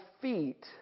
feet